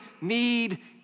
need